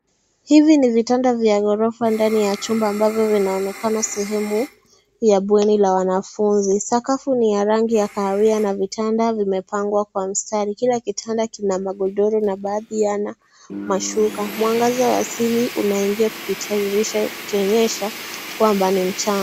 Hivi ni vitanda vya ghorofa ndani ya chumba ambavyo vinaonekana sehemu ya bweni la wanafunzi. Sakafu ni ya rangi ya kahawia na vitanda vimepangwa kwa mstari. Kila kitanda kina magodoro na baadhi yana mashuka. Mwangaza wa asili unaingia kupitia dirisha ukionyesha kwamba ni mchana.